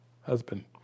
husband